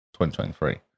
2023